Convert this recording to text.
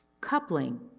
coupling